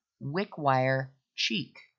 Wickwire-Cheek